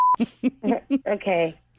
Okay